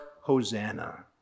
Hosanna